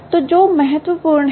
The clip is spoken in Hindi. तो जो महत्वपूर्ण है